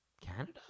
Canada